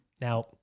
Now